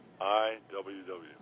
I-W-W